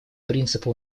принципа